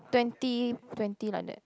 twenty twenty like that